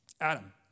Adam